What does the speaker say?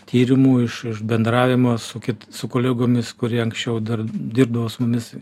tyrimų iš iš bendravimo su kit su kolegomis kurie anksčiau dar dirbdavo su mumis